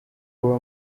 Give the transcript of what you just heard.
kuba